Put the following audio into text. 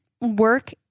work